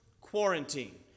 quarantine